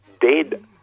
dead